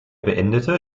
beendete